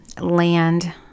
land